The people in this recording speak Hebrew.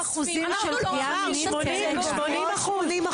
ואין מספיק הכשרה, וגם אין תגמול.